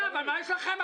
מה יש לכם?